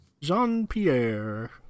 Jean-Pierre